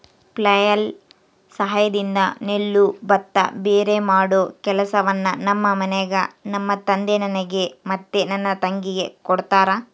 flail ಸಹಾಯದಿಂದ ನೆಲ್ಲು ಭತ್ತ ಭೇರೆಮಾಡೊ ಕೆಲಸವನ್ನ ನಮ್ಮ ಮನೆಗ ನಮ್ಮ ತಂದೆ ನನಗೆ ಮತ್ತೆ ನನ್ನ ತಂಗಿಗೆ ಕೊಡ್ತಾರಾ